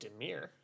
Demir